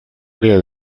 área